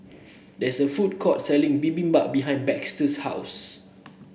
there is a food court selling Bibimbap behind Baxter's house